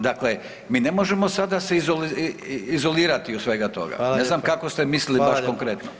Dakle, mi ne možemo sada se izolirati od svega toga [[Upadica: Hvala lijepa]] ne znam kako ste mislili baš konkretno.